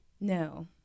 No